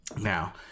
Now